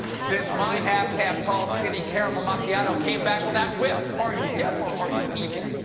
since my half-caff, tall, skinny caramel macchiato came back without whip. are you deaf, or are you evil!